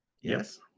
yes